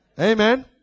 Amen